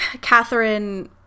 Catherine